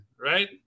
Right